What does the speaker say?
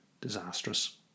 disastrous